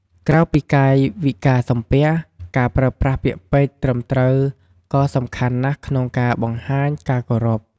ក្រៅពីកាយវិការសំពះ ការប្រើប្រាស់ពាក្យពេចន៍ត្រឹមត្រូវក៏សំខាន់ណាស់ក្នុងការបង្ហាញការគោរព។